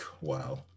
Wow